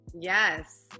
Yes